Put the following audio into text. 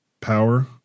power